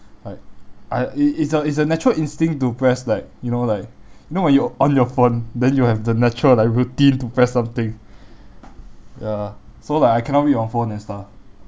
right I it it's a it's a natural instinct to press like you know like you know when you are on your phone then you will have the natural like routine to press something ya so like I cannot read on phone and stuff